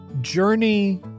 journey